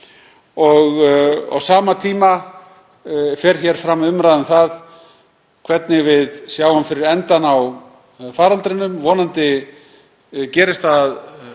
Á sama tíma fer fram umræða um það hvernig við sjáum fyrir endann á faraldrinum. Vonandi gerist það